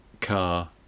car